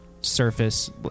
surface